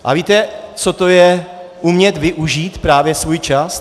Ale víte, co to je umět využít právě svůj čas?